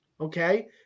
Okay